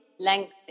length